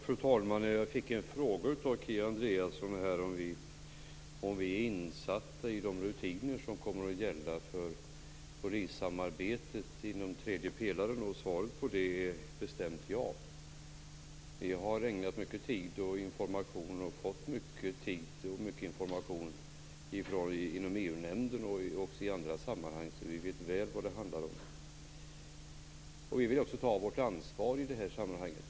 Fru talman! Jag fick en fråga av Kia Andreasson om vi är insatta i de rutiner som kommer att gälla för polissamarbetet inom tredje pelaren. Svaret på det är ett bestämt ja. Vi har ägnat mycket tid åt detta och fått mycket information i EU-nämnden, och även i andra sammanhang. Vi vet väl vad det handlar om. Vi vill också ta vårt ansvar i det här sammanhanget.